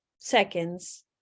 seconds